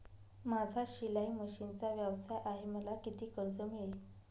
माझा शिलाई मशिनचा व्यवसाय आहे मला किती कर्ज मिळेल?